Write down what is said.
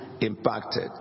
impacted